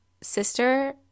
sister